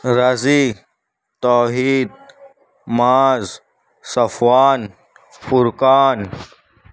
رضی توحید معاذ صفوان فرقان